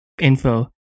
info